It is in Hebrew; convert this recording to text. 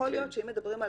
יכול להיות שאם מדברים על